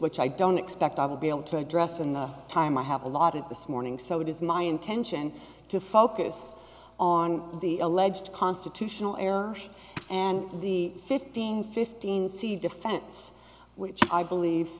which i don't expect i will be able to address in the time i have allotted this morning so it is my intention to focus on the alleged constitutional error and the fifteen fifteen see defense which i believe